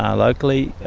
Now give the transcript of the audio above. um locally,